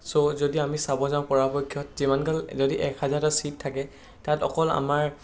ছ' যদি আমি চাব যাওঁ পৰাপক্ষত যিমান গাল যদি এক হাজাৰটা ছিট থাকে তাত অকল আমাৰ